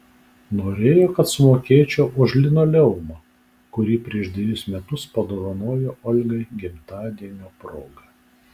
norėjo kad sumokėčiau už linoleumą kurį prieš dvejus metus padovanojo olgai gimtadienio proga